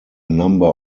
number